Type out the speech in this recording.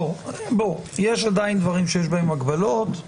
יש עדיין דברים שיש בהם הגבלות,